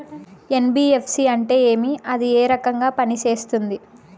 NBFC అంటే ఏమి అది ఏ రకంగా పనిసేస్తుంది